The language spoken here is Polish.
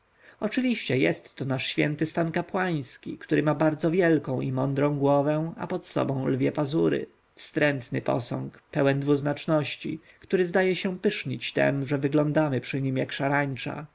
oczywiście jest to nasz święty stan kapłański który ma bardzo wielką i mądrą głowę a pod nią lwie pazury wstrętny posąg pełen dwuznaczności który zdaje się pysznić tem że wyglądamy przy nim jak szarańcza